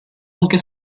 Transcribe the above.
anche